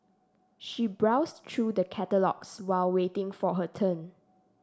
she browsed through the catalogues while waiting for her turn